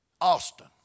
Austin